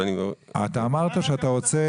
אם אתה רוצה